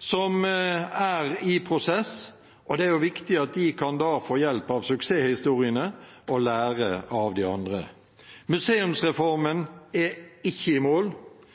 som er i prosess, og det er viktig at de kan få hjelp av suksesshistoriene og lære av de andre. Museumsreformen er ikke i mål.